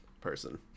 person